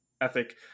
ethic